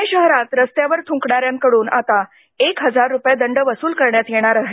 पुणे शहरात रस्त्यावर थुंकणाऱ्यांकडून आता एक हजार रुपये दंड वसूल करण्यात येणार आहे